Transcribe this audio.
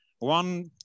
One